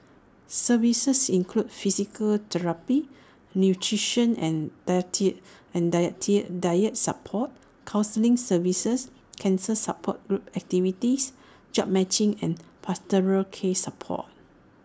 services include physical therapy nutrition and deity and dietitian support counselling services cancer support group activities jobs matching and pastoral care support